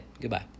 Goodbye